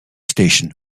station